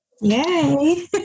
Yay